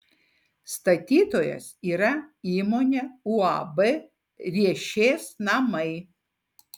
statytojas yra įmonė uab riešės namai